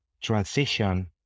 transition